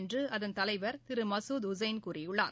என்று அதன் தலைவர் திரு மசூத் உசேன் கூறியுள்ளார்